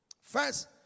first